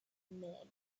mead